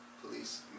police